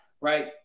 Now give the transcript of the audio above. right